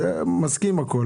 אני מסכים לכל.